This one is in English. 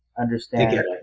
understand